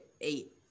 eight